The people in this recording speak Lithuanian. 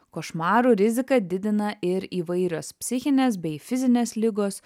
košmarų riziką didina ir įvairios psichinės bei fizinės ligos